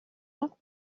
moi